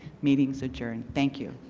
meeting is adjourned. thank you.